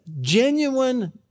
Genuine